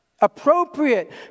appropriate